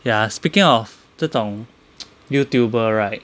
ya speaking of 这种 youtuber right